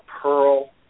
pearl